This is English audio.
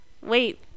wait